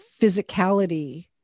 physicality